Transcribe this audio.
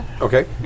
okay